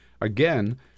Again